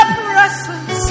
presence